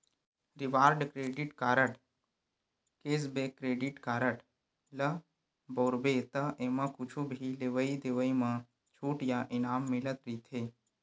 reward credit card, cashback credit card ल बउरबे त एमा कुछु भी लेवइ देवइ म छूट या इनाम मिलत रहिथे